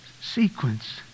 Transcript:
sequence